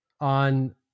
on